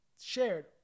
shared